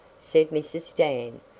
said mrs. dan,